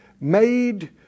Made